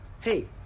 hey